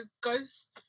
Ghost